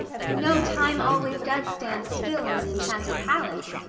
you know time always does stand still in an enchanted palace,